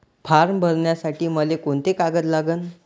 Form भरासाठी मले कोंते कागद लागन?